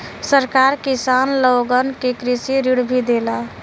सरकार किसान लोगन के कृषि ऋण भी देला